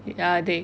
ya they